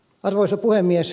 arvoisa puhemies